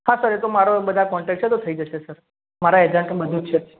હા સર એ તો મારે બધા કોન્ટેક છે તો થઈ જશે સર મારા એજન્ટ ને બધું જ છે